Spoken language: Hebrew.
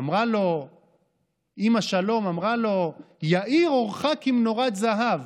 אמרה לו אימא שלום: יאיר אורך כמנורת זהב.